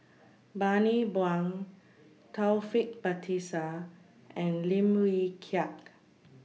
Bani Buang Taufik Batisah and Lim Wee Kiak